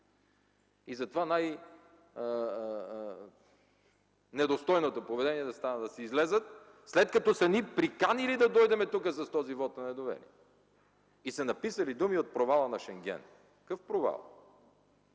Затова най-недостойното поведение е да станат да си излязат, след като са ни приканили да дойдем тук с този вот на недоверие! И са написали думи, като „провала за Шенген”. Какъв провал?